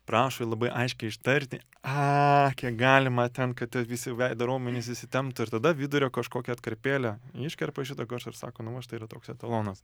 prašoi i labai aiškiai ištarti a kiek galima ten kad tie visi veido raumenys įsitemptų ir tada vidurio kažkokią atkarpėlę iškerpa iš šito garso ir sako na va štai yra toks etalonas